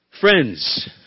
Friends